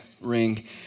ring